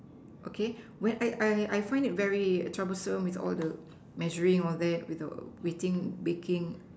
okay I I I find it very troublesome with all the measuring all that with the waiting baking